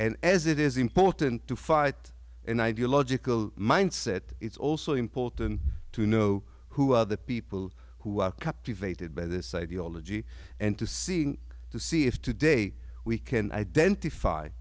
and as it is important to fight an ideological mindset it's also important to know who are the people who are captivated by this ideology and to seeing to see if today we can identify